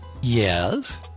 Yes